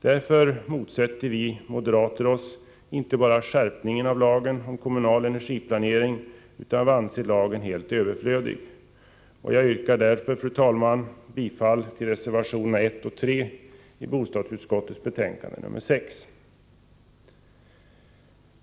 Vi moderater inte bara motsätter oss skärpningen av lagen om kommunal energiplanering, utan vi anser lagen helt överflödig. Jag yrkar därför, fru talman, bifall till reservationerna 1 och 3 vid bostadsutskottets betänkande nr 6.